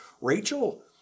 Rachel